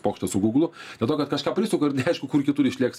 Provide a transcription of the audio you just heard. pokštas su guglu dėl to kad kažką prisuka ir neaišku kur kitur išlėks